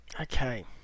Okay